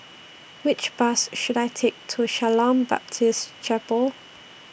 Which Bus should I Take to Shalom Baptist Chapel